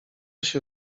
się